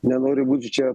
nenoriu būti čia